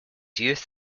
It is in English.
youth